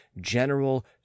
general